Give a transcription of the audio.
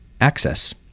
access